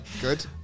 good